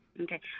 Okay